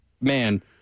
man